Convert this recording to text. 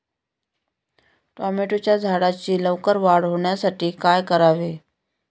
टोमॅटोच्या झाडांची लवकर वाढ होण्यासाठी काय करावे?